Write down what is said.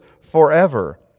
forever